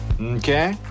Okay